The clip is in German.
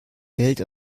geld